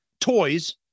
toys